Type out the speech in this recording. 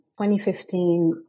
2015